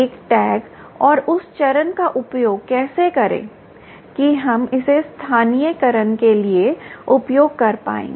एक टैग और उस चरण का उपयोग कैसे करें कि हम इसे स्थानीयकरण के लिए उपयोग कर पाएंगे